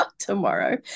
tomorrow